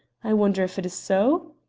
i wonder if it is so?